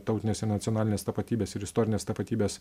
tautinės ir nacionalinės tapatybės ir istorinės tapatybės